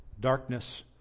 darkness